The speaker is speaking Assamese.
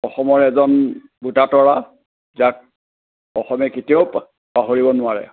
অসমৰ এজন ভোটা তৰা যাক অসমে কেতিয়াও পা পাহৰিব নোৱাৰে